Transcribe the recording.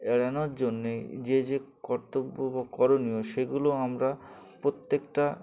এড়ানোর জন্যে যে যে কর্তব্য বা করণীয় সেগুলো আমরা প্রত্যেকটা